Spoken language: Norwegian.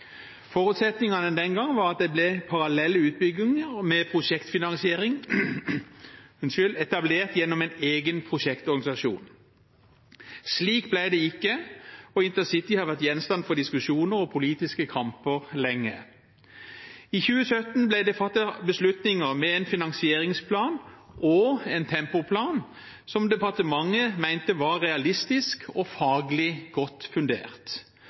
Forutsetningene den gangen var at det ble parallelle utbygginger med prosjektfinansiering etablert gjennom en egen prosjektorganisasjon. Slik ble det ikke, og InterCity har vært gjenstand for diskusjoner og politiske kamper lenge. I 2017 ble det fattet beslutninger om en finansieringsplan og en tempoplan som departementet mente var realistiske og faglig godt